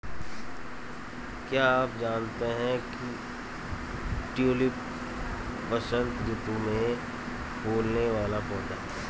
क्या आप जानते है ट्यूलिप वसंत ऋतू में फूलने वाला पौधा है